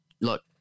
look